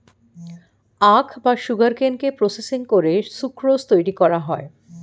আখ বা সুগারকেনকে প্রসেসিং করে সুক্রোজ তৈরি করা হয়